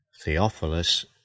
Theophilus